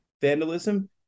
vandalism